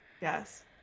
Yes